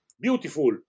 beautiful